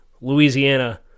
Louisiana